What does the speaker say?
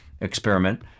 experiment